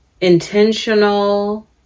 intentional